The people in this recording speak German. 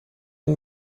den